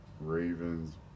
Ravens